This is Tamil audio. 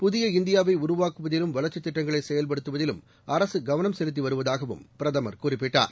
புதிய இந்தியாவைஉருவாக்குவதிலும் வளர்ச்சித் திட்டங்களைசெயல்படுத்துவதிலும் அரசுகவனம் செலுத்திவருவதாகபிரதமர் குறிப்பிட்டார்